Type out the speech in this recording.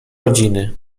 rodziny